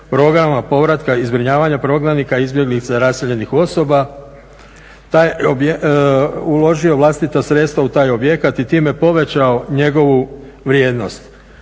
programa povratka i zbrinjavanja prognanika, izbjeglica i raseljenih osoba, uložio vlastita sredstva u taj objekat i time povećao njegovu vrijednost.